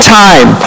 time